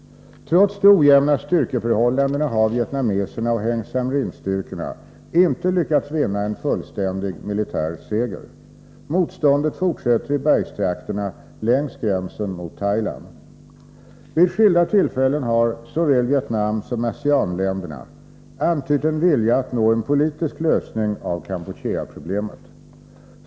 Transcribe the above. Trots de ojämna styrkeförhållandena har vietnameserna och Heng Samrin-styrkorna inte lyckats vinna en fullständig militär seger. Motståndet fortsätter i bergstrakterna längs gränsen mot Thailand. Vid skilda tillfällen har såväl Vietnam som ASEAN-länderna antytt en vilja att nå en politisk lösning av Kampucheaproblemet.